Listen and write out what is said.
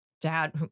dad